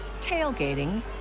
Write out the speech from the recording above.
tailgating